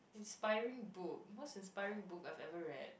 inspiring book most inspiring book I've ever read